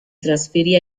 trasferì